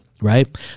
right